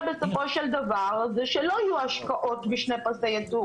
בסופו של דבר זה שלא יהיו השקעות בשני פסי ייצור,